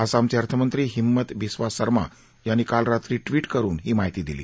आसामचे अर्थमंत्री हिमत बिसवा सरमा यांनी काल रात्री ट्वीट करुन ही माहिती दिली